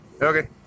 Okay